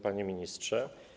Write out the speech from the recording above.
Panie Ministrze!